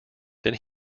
then